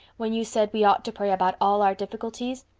when you said we ought to pray about all our difficulties.